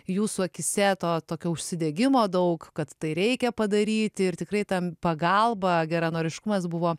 jūsų akyse to tokio užsidegimo daug kad tai reikia padaryti ir tikrai ta pagalba geranoriškumas buvo